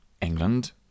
England